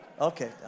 Okay